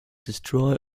destroy